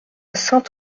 saint